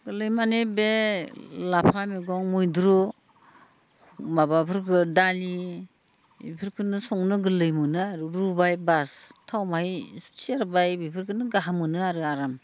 गोरलै माने बे लाफा मैगं मैद्रु माबाफोरबो दालि बेफोरखौनो संनो गोरलै मोनो आरो रुबाय बास थाव माहाय सेरबाय बेफोरखौनो गाहाम मोनो आरो आराम